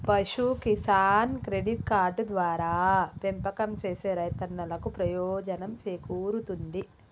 పశు Kisan credit card ద్వారా పెంపకం సేసే రైతన్నలకు ప్రయోజనం సేకూరుతుంది